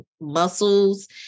muscles